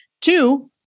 Two